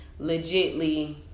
legitly